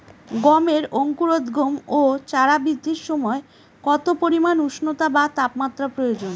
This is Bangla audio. গমের অঙ্কুরোদগম ও চারা বৃদ্ধির সময় কত পরিমান উষ্ণতা বা তাপমাত্রা প্রয়োজন?